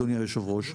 אדוני היושב-ראש,